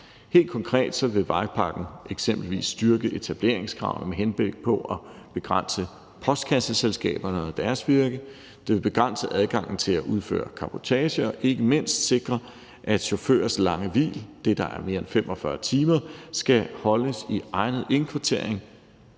Helt konkret vil vejpakken eksempelvis styrke etableringskravene med henblik på at begrænse postkasseselskaberne og deres virke. Det vil begrænse adgangen til at udføre cabotage og ikke mindst sikre, at chaufførers lange hvil – det, der er mere end 45 timer – skal holdes i egnet indkvartering